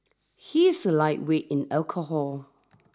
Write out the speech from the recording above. he is a lightweight in alcohol